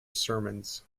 sermons